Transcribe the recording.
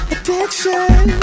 Addiction